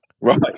Right